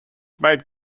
made